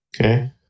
Okay